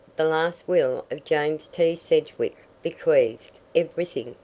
the last will of james t. sedgwick bequeathed everything,